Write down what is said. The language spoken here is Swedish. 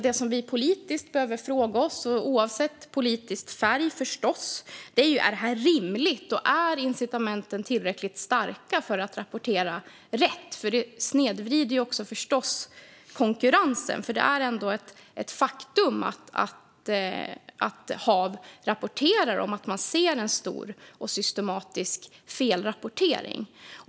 Det som vi politiskt behöver ställa frågor om, oavsett politisk färg, är om detta är rimligt och om incitamenten är tillräckligt starka för att rapportera rätt. Detta snedvrider förstås också konkurrensen. Det är ändå ett faktum att HaV rapporterar om att man ser en stor och systematisk felrapportering.